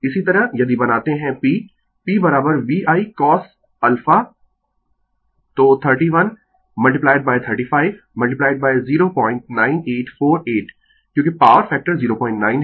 इसी तरह यदि बनाते है P P VIcosalpha तो 31 35 09848 क्योंकि पॉवर फैक्टर 09 है